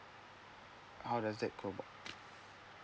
how does that